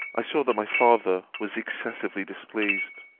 i saw that my father was excessively displeased.